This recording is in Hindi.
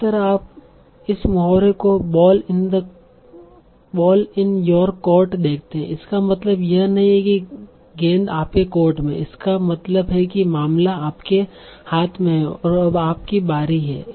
इसी तरह आप इस मुहावरे को बॉल इन योर कोर्ट देखते हैं इसका मतलब यह नहीं है कि गेंद आपके कोर्ट में है इसका मतलब है कि मामला आपके हाथ में है और अब आपकी बारी है